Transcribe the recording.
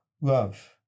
love